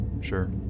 sure